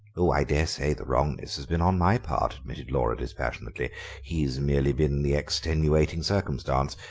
oh, i daresay the wrongness has been on my part, admitted laura dispassionately he has merely been the extenuating circumstance.